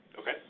Okay